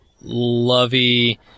lovey –